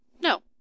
No